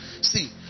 See